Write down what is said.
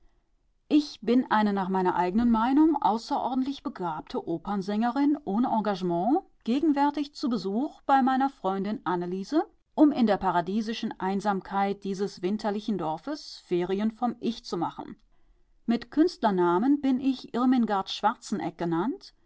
ich bin eine nach meiner eigenen meinung außerordentlich begabte opernsängerin ohne engagement gegenwärtig zu besuch bei meiner freundin anneliese um in der paradiesischen einsamkeit dieses winterlichen dorfes ferien vom ich zu machen mit künstlernamen bin ich irmingard schwarzeneck genannt